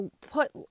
put